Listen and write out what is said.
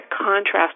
contrast